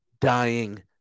dying